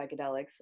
psychedelics